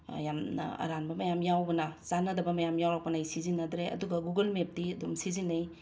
ꯌꯥꯝꯅ ꯑꯔꯥꯟꯕ ꯃꯌꯥꯝ ꯌꯥꯎꯕꯅ ꯆꯥꯟꯅꯗꯕ ꯃꯌꯥꯝ ꯌꯥꯎꯔꯛꯄꯅ ꯑꯩ ꯁꯤꯖꯤꯟꯅꯗ꯭ꯔꯦ ꯑꯗꯨꯒ ꯒꯨꯒꯜ ꯃꯦꯞꯇꯤ ꯑꯗꯨꯝ ꯁꯤꯖꯤꯟꯅꯩ